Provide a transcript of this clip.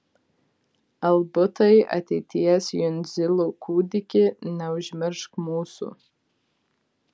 albutai ateities jundzilų kūdiki neužmiršk mūsų